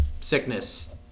sickness